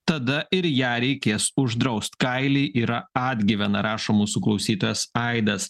tada ir ją reikės uždraust kailiai yra atgyvena rašo mūsų klausytojas aidas